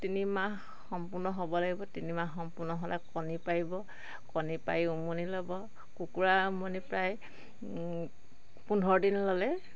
তিনিমাহ সম্পূৰ্ণ হ'ব লাগিব তিনিমাহ সম্পূৰ্ণ হ'লে কণী পাৰিব কণী পাৰি উমনি ল'ব কুকুৰা উমনি প্ৰায় পোন্ধৰ দিন ল'লে